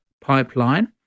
pipeline